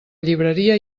llibreria